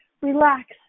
relax